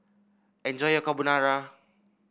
enjoy your Carbonara